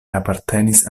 apartenis